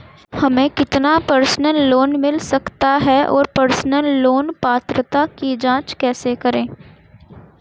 हमें कितना personal loan मिल सकता है और पर्सनल लोन पात्रता की जांच कैसे करें?